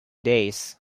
days